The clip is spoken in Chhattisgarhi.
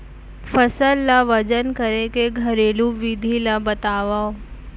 फसल ला वजन करे के घरेलू विधि ला बतावव?